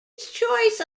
choice